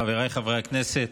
חבריי חברי הכנסת,